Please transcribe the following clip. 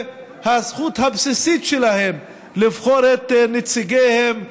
והזכות הבסיסית שלהם לבחור את נציגיהם,